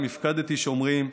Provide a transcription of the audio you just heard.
הפקדתי שומרים",